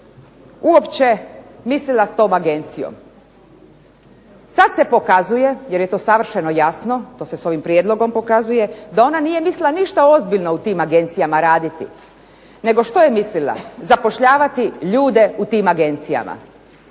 uopće mislila s tom agencijom? Sad se pokazuje jer je to savršeno jasno, to se s ovim prijedlogom pokazuje, da ona nije mislila ništa ozbiljno u tim agencijama raditi. Nego što je mislila? Zapošljavati ljude u tim agencijama.